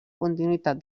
continuïtat